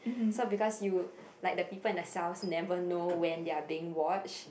so because you like the people in the cells never know when they are being watched